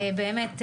באמת,